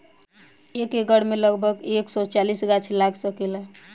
एक एकड़ में लगभग एक सौ चालीस गाछ लाग सकेला